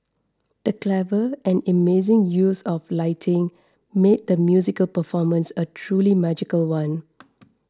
the clever and amazing use of lighting made the musical performance a truly magical one